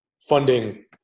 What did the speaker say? funding